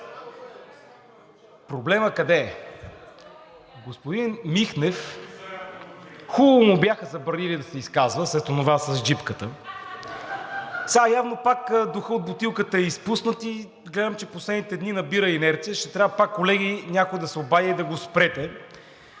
Проблемът къде е? На господин Михнев хубаво му бяха забранили да се изказва след онова с джипката. (Смях от ГЕРБ-СДС.) Сега явно пак духът от бутилката е изпуснат и гледам, че в последните дни набира инерция и ще трябва пак, колеги, да се обади и да го спрете.